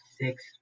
six